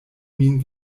min